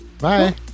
bye